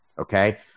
Okay